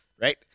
right